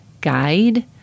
guide